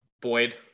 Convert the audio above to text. Boyd